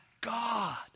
God